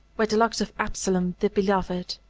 were the locks of absalom the beloved.